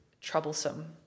troublesome